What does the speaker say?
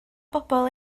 bobl